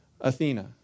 Athena